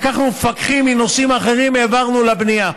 לקחנו מפקחים מנושאים אחרים והעברנו לבנייה.